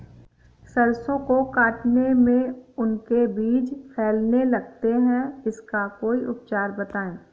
सरसो को काटने में उनके बीज फैलने लगते हैं इसका कोई उपचार बताएं?